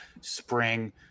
spring